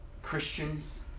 Christians